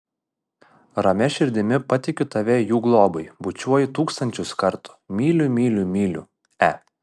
ramia širdimi patikiu tave jų globai bučiuoju tūkstančius kartų myliu myliu myliu e